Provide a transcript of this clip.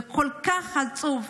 זה כל כך עצוב.